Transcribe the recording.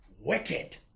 wicked